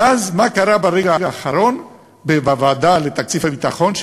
ואז, מה קרה ברגע האחרון בוועדה לתקציב הביטחון?